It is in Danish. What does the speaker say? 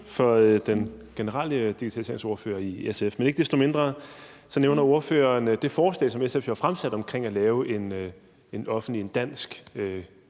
for den sædvanlige digitaliseringsordfører i SF. Men ikke desto mindre nævnte ordføreren det forslag, som SF jo har fremsat omkring at lave en offentlig dansk